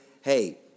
hey